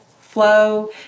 flow